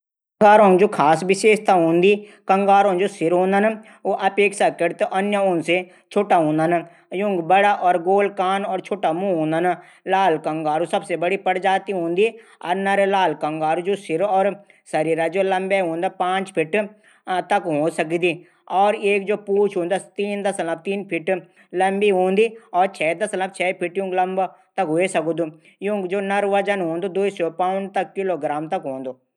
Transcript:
कंगारुओं की जू खास विशेषता हूदी। कंगारुओं का जू सर हूंदा उ औरों अपेक्षाकृत छुटा हूंदा। और गोल कान और आंखि छुटी हूंदनी। शौर्य छुटा मुख हूदन। लाल कंगारू सबसे छुटी प्रजाति हूंदी। नर लाल कंगारू जू सिर और शरीर जू लंबाई हूदी पांच फिट तक हवे सकदी। और एक जू पूछ हूंदी। तीन दशमलव तीन फिट तक ह्वे सकदी।